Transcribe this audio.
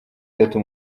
itatu